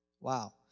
Wow